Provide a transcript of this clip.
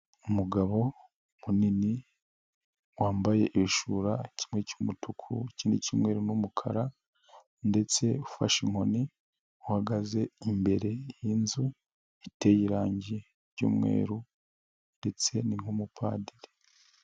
Umugabo munini wambaye ibishura kimwe cy'umutuku kimwe cy'umweru n'umukara ndetse ufashe inkoni uhagaze imbere y'inzu iteye irangi ry'umweru ndetse ni nk'umupadiri.